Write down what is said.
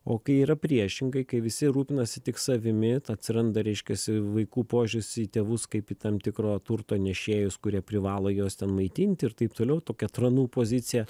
o kai yra priešingai kai visi rūpinasi tik savimi atsiranda reiškiasi vaikų požiūris į tėvus kaip į tam tikro turto nešėjus kurie privalo juos ten maitinti ir taip toliau tokia tranų pozicija